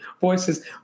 voices